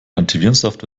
antivirensoftware